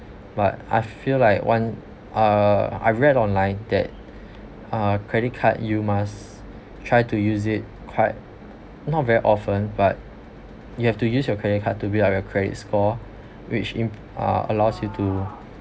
but I feel like one uh I read online that uh credit card you must try to use it quite not very often but you have to use your credit card to build up your credit score which in uh allows you to